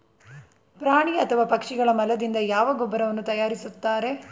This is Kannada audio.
ಪ್ರಾಣಿ ಅಥವಾ ಪಕ್ಷಿಗಳ ಮಲದಿಂದ ಯಾವ ಗೊಬ್ಬರವನ್ನು ತಯಾರಿಸುತ್ತಾರೆ?